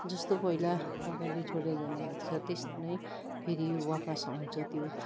जस्तो पहिला तपाईँले छोडेर जानुभएको छ त्यस्तो नै फेरि वापस आउँछ त्यो